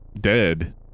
dead